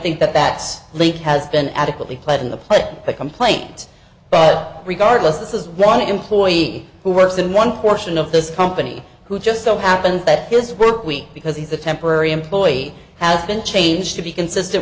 think that that leak has been adequately played in the play the complaint but regardless this is one employee who works in one portion of this company who just so happens that his work week because he's a temporary employee has been changed to be consistent